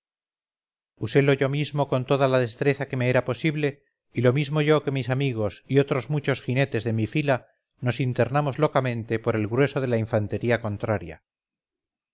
uselo yo mismo con toda la destreza que me era posible y lo mismo yo que mis amigos y otros muchos jinetes de mi fila nos internamos locamente porel grueso de la infantería contraria